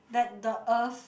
that the earth